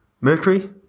Mercury